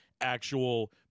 actual